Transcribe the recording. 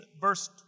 verse